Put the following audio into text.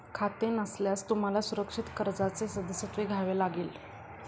खाते नसल्यास तुम्हाला सुरक्षित कर्जाचे सदस्यत्व घ्यावे लागेल